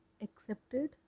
accepted